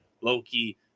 Loki